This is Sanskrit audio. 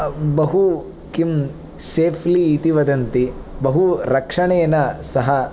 बहु किं सेफ़्लि इति वदन्ति बहुरक्षणेन सः